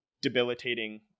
debilitating